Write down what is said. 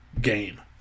game